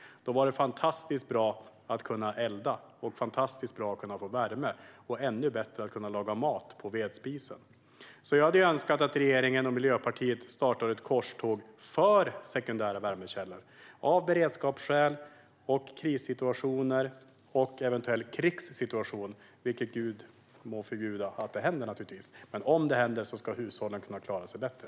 Då var det fantastiskt bra att kunna elda och fantastiskt bra att kunna få värme och ännu bättre att kunna laga mat på vedspisen. Jag önskar att regeringen och Miljöpartiet startar ett korståg för sekundära värmekällor - av beredskapsskäl och med tanke på krissituationer och en eventuell krigssituation. Må Gud förbjuda att det händer, men om det händer ska hushållen kunna klara sig bättre.